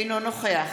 אינו נוכח